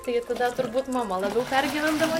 tai tada turbūt mama labiau pergyvendavo